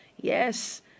Yes